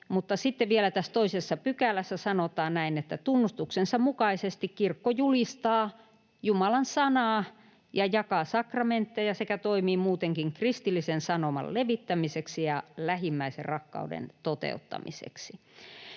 mutta sitten vielä tässä toisessa pykälässä sanotaan näin: ”Tunnustuksensa mukaisesti kirkko julistaa Jumalan sanaa ja jakaa sakramentteja sekä toimii muutenkin kristillisen sanoman levittämiseksi ja lähimmäisenrakkauden toteuttamiseksi.”